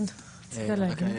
כן, רצית להגיד?